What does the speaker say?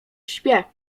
śpię